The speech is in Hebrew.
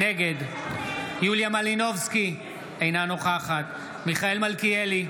נגד יוליה מלינובסקי, אינה נוכחת מיכאל מלכיאלי,